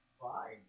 fine